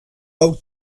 hau